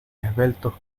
esbeltos